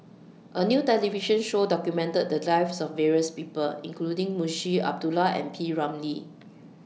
A New television Show documented The Lives of various People including Munshi Abdullah and P Ramlee